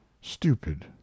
stupid